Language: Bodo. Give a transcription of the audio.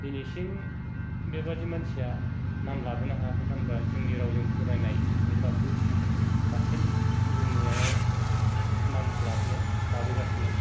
दिनैसिम बेबादि मानसिया नाम लाबोनो हायाखै मानो होनबा जोंनि रावजों फरायनाय सुबुंफ्रासो दासिम जों नुनायाव नाम लाबोनाय लाबोगासिनो